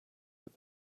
with